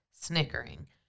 snickering